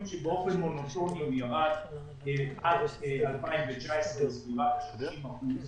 באופן מונוטוני הוא ירד עד 2019 כמעט ב-30 אחוזים.